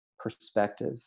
perspective